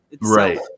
Right